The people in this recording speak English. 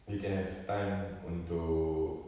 you can have time untuk